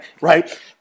right